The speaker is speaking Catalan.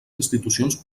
institucions